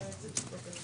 הישיבה ננעלה בשעה